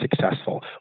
successful